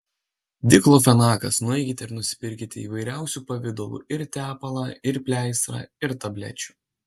diklofenakas nueikite ir nusipirkite įvairiausių pavidalų ir tepalą ir pleistrą ir tablečių